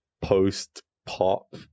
post-pop